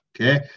Okay